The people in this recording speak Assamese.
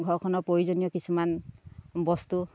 ঘৰখনৰ প্ৰয়োজনীয় কিছুমান বস্তু